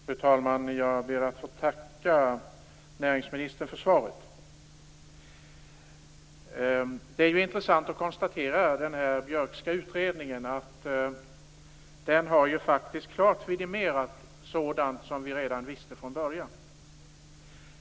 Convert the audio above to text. Fru talman! Jag ber att få tacka näringsministern för svaret. Det är intressant att konstatera att den Björkska utredningen klart har vidimerat sådant som vi redan visste från början.